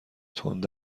تند